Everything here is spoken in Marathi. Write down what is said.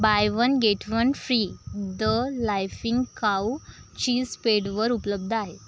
bye one get one free the laughing cow cheese स्पेडवर उपलब्ध आहे